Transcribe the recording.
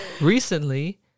recently